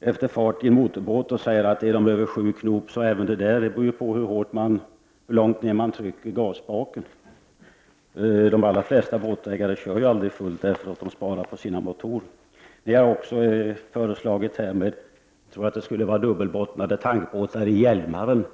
gäller en motorbåt beror det på hur långt ner man trycker gasspaken. De allra flesta båtägare kör aldrig på full fart, eftersom de vill spara på sina motorer. Miljöpartiet har också föreslagit att det skall vara dubbelbottnade båtar i Hjälmaren.